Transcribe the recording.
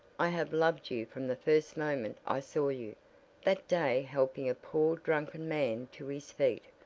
i have loved you from the first moment i saw you that day helping a poor drunken man to his feet.